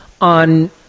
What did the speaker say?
on